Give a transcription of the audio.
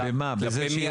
הצו, כלפי מי